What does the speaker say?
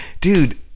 Dude